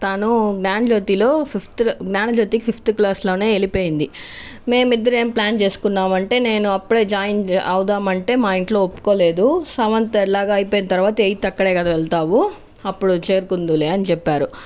తను జ్ఞానజ్యోతిలో fifth Gnanajyothi fifth క్లాస్లోవెళ్ళిపోయింది మేము ఇద్దరం ఏమి ప్లాన్ చేసుకున్నాను అంటే నేను అప్పుడే జాయిన్ చే అవుదాం అంటే మా ఇంట్లో ఒప్పుకోలేదు సెవెంత్ ఎలాగో అయిపోయిన తర్వాత ఎయిత్ అక్కడే కదా వెళ్తావు అప్పుడు చేరుకుందువు అని చెప్పారు